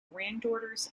granddaughters